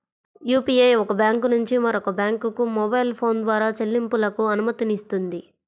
UPI ఒక bank నుంచి మరొక బ్యాంకుకు మొబైల్ ఫోన్ ద్వారా చెల్లింపులకు అనుమతినిస్తుంది